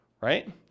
right